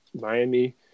Miami –